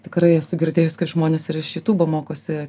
tikrai esu girdėjus kad žmonės ir iš jutūbo mokosi